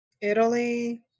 Italy